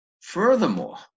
Furthermore